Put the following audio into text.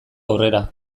aurrera